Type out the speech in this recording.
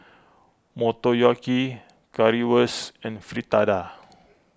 Motoyaki Currywurst and Fritada